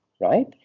right